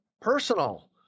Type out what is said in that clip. personal